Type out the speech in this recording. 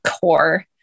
core